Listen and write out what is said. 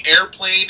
Airplane